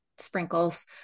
Sprinkles